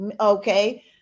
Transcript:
okay